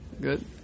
good